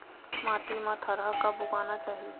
माटी मा थरहा कब उगाना चाहिए?